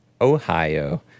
Ohio